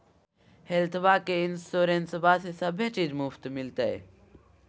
हेल्थबा के इंसोरेंसबा में सभे चीज मुफ्त मिलते?